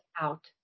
out